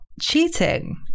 cheating